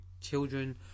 children